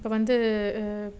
இப்போ வந்து